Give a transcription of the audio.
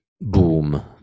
boom